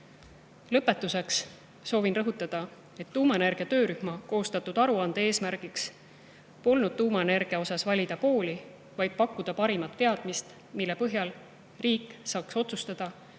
Lõpetuseks soovin rõhutada, et tuumaenergia töörühma koostatud aruande eesmärk polnud tuumaenergia teemal valida pooli, vaid pakkuda parimat teadmist, mille põhjal riik saaks otsustada,